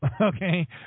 Okay